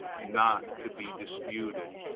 not to be disputed.